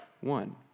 one